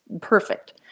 perfect